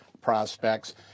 prospects